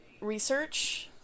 research